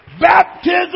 Baptism